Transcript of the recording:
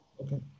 okay